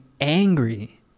angry